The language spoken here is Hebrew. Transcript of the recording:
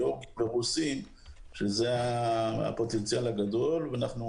גיאורגיים ורוסים שזה הפוטנציאל הגדול ואנחנו